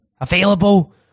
available